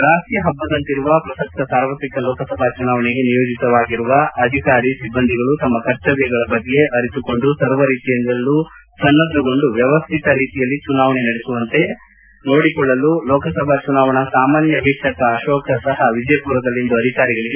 ರಾಷ್ಟೀಯ ಪಬ್ಬದಂತಿರುವ ಪ್ರಸಕ್ತ ಸಾರ್ವತ್ರಿಕ ಲೋಕಸಭಾ ಚುನಾವಣೆಗೆ ನಿಯೋಜಿತರಾಗಿರುವ ಅಧಿಕಾರಿ ಸಿಬ್ಬಂದಿಗಳು ತಮ್ಮ ಕರ್ತಮ್ಕಗಳ ಬಗ್ಗೆ ಅರಿತುಕೊಂಡು ಸರ್ವ ರೀತಿಯಿಂದಲೂ ಸನ್ನದ್ಧಗೊಂಡು ವ್ಯವಸ್ಥಿತ ರೀತಿಯಲ್ಲಿ ಚುನಾವಣೆ ನಡೆಯುವಂತೆ ನೋಡಿಕೊಳ್ಳಲು ಲೋಕಸಭಾ ಚುನಾವಣೆ ಸಾಮಾನ್ಯ ವೀಕ್ಷಕ ಅಶೋಕ ಶಹಾ ವಿಜಯಪುರದಲ್ಲಿಂದು ಅಧಿಕಾರಿಗಳಿಗೆ ಸೂಚಿಸಿದರು